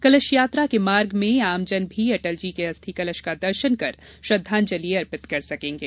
कलश यात्रा के मार्ग में आमजन भी अटल जी के अस्थि कलश का दर्शन कर श्रद्धांजलि अर्पित कर सकेंगे